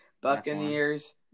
Buccaneers